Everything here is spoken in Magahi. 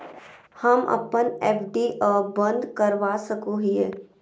हम अप्पन एफ.डी आ बंद करवा सको हियै